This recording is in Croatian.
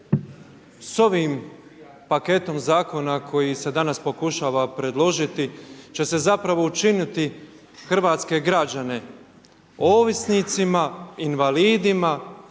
S ovim paketom zakona koji se danas pokušava predložiti će se zapravo učiniti hrvatske građane ovisnicima, invalidima,